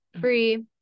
free